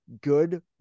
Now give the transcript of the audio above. good